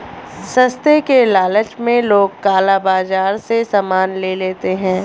सस्ते के लालच में लोग काला बाजार से सामान ले लेते हैं